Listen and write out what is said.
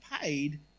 paid